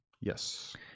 Yes